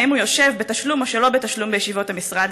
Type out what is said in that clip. האם הוא יושב בתשלום או שלא בתשלום בישיבות המשרד?